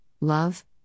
love